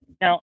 Now